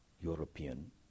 European